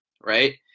right